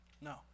No